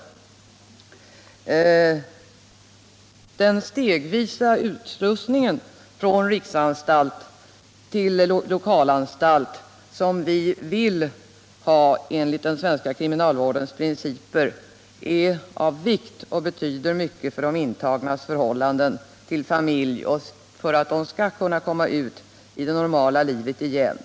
Utslussningen stegvis från — Om förbättrad riksanstalt till lokalanstalt som vi vill ha enligt den svenska kriminal — handikappersättvårdens principer är av vikt och betyder mycket för de intagnas förning hållande till familjen och för deras möjligheter att komma ut i det normala livet igen.